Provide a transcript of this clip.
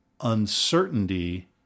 uncertainty